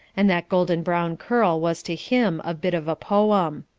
and that golden-brown curl was to him a bit of a poem.